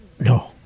No